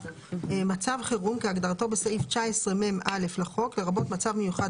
"מצב חירום" כהגדרתו בסעיף 19מ(א) לחוק לרבות מצב מיוחד